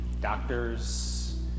doctors